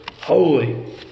holy